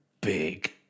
Big